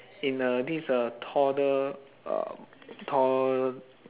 in a this uh toddle~ uh to~